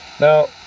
now